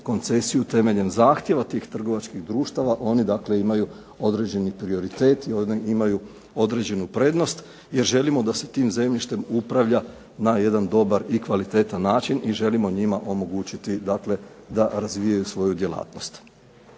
koncesiju temeljem zahtjeva tih trgovačkih društava, oni dakle imaju određeni prioritet i oni imaju određenu prednost, jer želimo da se tim zemljištem upravlja na jedan dobar i kvalitetan način i želimo njima omogućiti dakle da razvijaju svoju djelatnost.